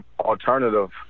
alternative